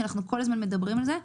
כי אנחנו כל הזמן מדברים על זה,